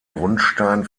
grundstein